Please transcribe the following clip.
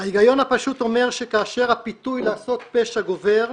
ההיגיון הפשוט אומר שכאשר הפיתוי לעשות פשע גובר,